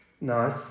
Nice